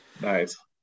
nice